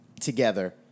together